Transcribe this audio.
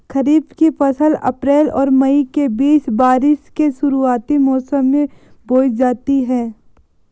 खरीफ़ की फ़सल अप्रैल और मई के बीच, बारिश के शुरुआती मौसम में बोई जाती हैं